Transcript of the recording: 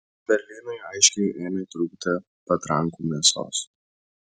berlynui aiškiai ėmė trūkti patrankų mėsos